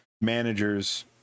managers